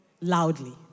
loudly